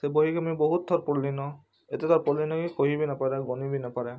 ସେ ବହିକେ ମୁଇଁ ବହୁତ୍ ଥର୍ ପଢ଼୍ଲିନ ଏତେ ଥର୍ ପଢ଼୍ଲିନ ଯେ କହି ବି ନାଇଁ ପାରେ ଗନି ବି ନାଇଁ ପାରେ